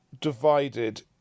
divided